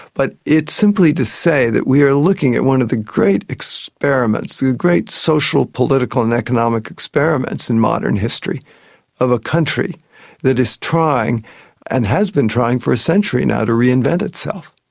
but it's simply to say that we are looking at one of the great experiments, great social, political and economic experiments in modern history of a country that is trying and has been trying for a century now to reinvent itself.